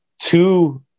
two